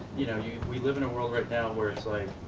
you know we live in a world right now where it's like